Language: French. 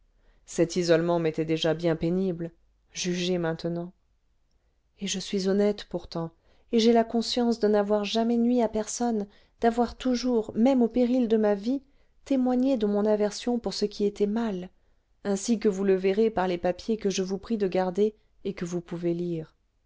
cet isolement m'était déjà bien pénible jugez maintenant et je suis honnête pourtant et j'ai la conscience de n'avoir jamais nui à personne d'avoir toujours même au péril de ma vie témoigné de mon aversion pour ce qui était mal ainsi que vous le verrez par les papiers que je vous prie de garder et que vous pouvez lire